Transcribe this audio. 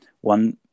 one